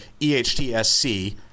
EHTSC